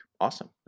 awesome